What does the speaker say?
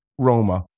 Roma